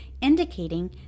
indicating